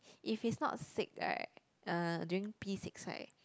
if he's not sick right uh during P-six right